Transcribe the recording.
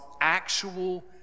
actual